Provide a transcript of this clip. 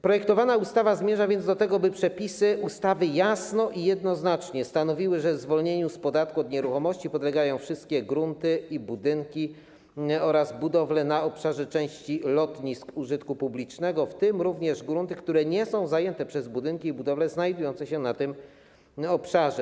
Projektowana ustawa zmierza więc do tego, by przepisy ustawy jasno i jednoznacznie stanowiły, że zwolnieniu z podatku od nieruchomości podlegają wszystkie grunty i budynki oraz budowle na obszarze części lotnisk użytku publicznego, w tym również grunty, które nie są zajęte przez budynki i budowle znajdujące się na tym obszarze.